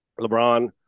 LeBron